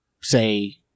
say